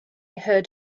heard